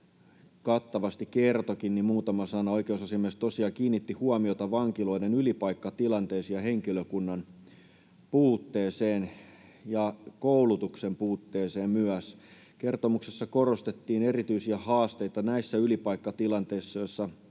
kattavasti kertoikin. Oikeusasiamies tosiaan kiinnitti huomiota vankiloiden ylipaikkatilanteeseen ja henkilökunnan puutteeseen ja koulutuksen puutteeseen myös. Kertomuksessa korostettiin erityisiä haasteita näissä ylipaikkatilanteissa, joissa